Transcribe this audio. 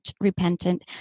repentant